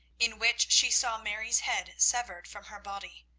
in which she saw mary's head severed from her body.